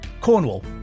Cornwall